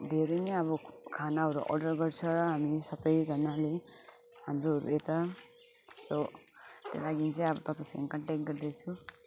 धेरै नै अब खानाहरू अडर गर्छ र हामी सबैजनाले हाम्रोहरू यता सो त्यही लागि चाहिँ अब तपाईँसँग कन्ट्याक्ट गर्दैछु